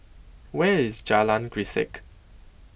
Where IS Jalan Grisek